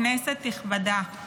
כנסת נכבדה,